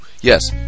yes